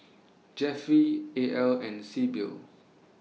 Jeffry A L and Sybil